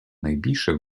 найбільше